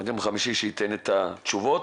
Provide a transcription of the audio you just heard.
חמישי שייתן את התשובות.